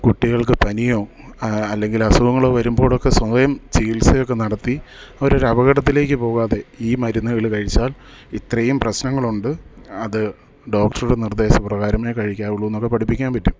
കുട്ടികൾക്ക് പനിയോ അല്ലെങ്കിൽ അസുഖങ്ങളോ വരുമ്പോഴൊക്കെ സ്വയം ചികിത്സയൊക്കെ നടത്തി അവരെ ഒരു അപകടത്തിലേക്ക് പോകാതെ ഈ മരുന്നുകൾ കഴിച്ചാൽ ഇത്രയും പ്രശ്നങ്ങളുണ്ട് അത് ഡോക്ടറുടെ നിർദ്ദേശ പ്രകാരമേ കഴിക്കാവുള്ളൂ എന്നൊക്കെ പഠിപ്പിക്കാൻ പറ്റും